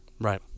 Right